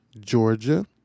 Georgia